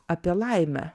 apie laimę